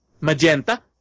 magenta